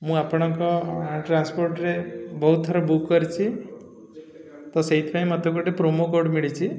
ମୁଁ ଆପଣଙ୍କ ଟ୍ରାନ୍ସପୋର୍ଟରେ ବହୁତ ଥର ବୁକ୍ କରିଛି ତ ସେଇଥିପାଇଁ ମତେ ଗୋଟେ ପ୍ରୋମୋ କୋଡ଼୍ ମିଳିଛି